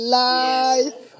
life